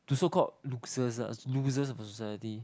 to so called loser losers of a society